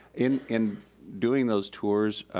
in in doing those tours,